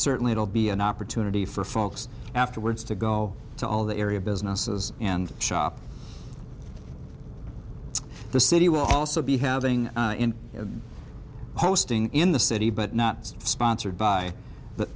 certainly it'll be an opportunity for folks afterwards to go to all the area businesses and shop the city will also be having hosting in the city but not sponsored